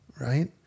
right